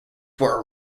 were